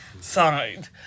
side